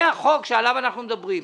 זה החוק שעליו אנחנו מדברים.